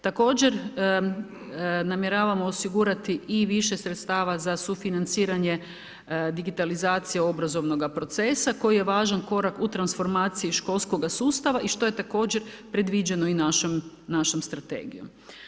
Također, namjeravamo osigurati i više sredstava za sufinanciranje digitalizacije obrazovnoga procesa, koji je važan korak u transformaciji školskoga sustava i što je također i predviđeno i našom strategijom.